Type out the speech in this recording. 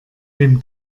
dem